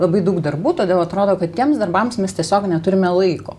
labai daug darbų todėl atrodo kad tiems darbams mes tiesiog neturime laiko